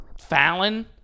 Fallon